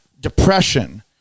depression